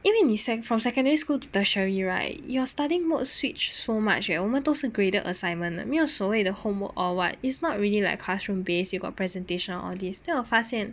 因为你 sec from secondary school to tertiary right your studying mode switch so much eh 我们都是 graded assignment 没有所谓的 homework or what is not really like classroom based you got presentation of this type then 我发现